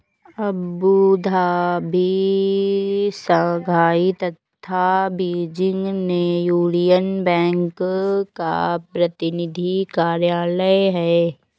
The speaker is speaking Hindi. अबू धाबी, शंघाई तथा बीजिंग में यूनियन बैंक का प्रतिनिधि कार्यालय है?